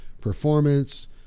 performance